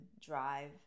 drive